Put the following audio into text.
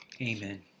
amen